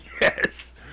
Yes